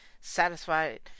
satisfied